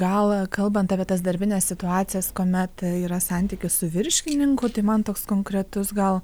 gal kalbant apie tas darbines situacijas kuomet yra santykis su viršininku tai man toks konkretus gal